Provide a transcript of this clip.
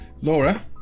Laura